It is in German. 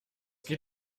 geht